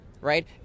right